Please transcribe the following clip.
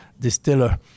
distiller